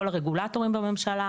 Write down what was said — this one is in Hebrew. כל הרגולטורים בממשלה,